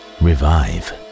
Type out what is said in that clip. revive